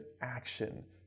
action